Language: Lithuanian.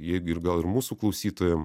jeigu ir gal ir mūsų klausytojam